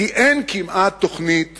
כי אין כמעט תוכנית